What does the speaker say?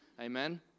Amen